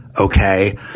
Okay